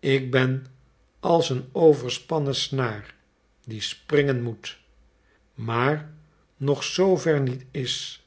ik ben als een overspannen snaar die springen moet maar nog zoover niet is